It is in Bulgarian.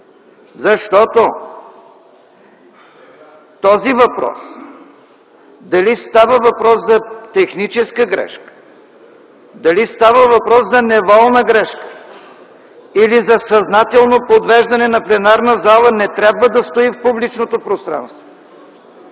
защото този въпрос – дали става въпрос за техническа грешка, дали става въпрос за неволна грешка, или за съзнателно подвеждане на пленарна зала, не трябва да стои в публичното пространство.